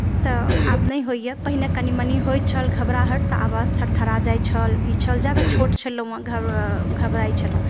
तऽ आब नहि होइए पहिने कनि मनि होइत छल घबराहटि तऽ आवाज थरथरा जाइत छल ई याबत छोट छलहुँ हेँ घबरा घबराइ छलहुँ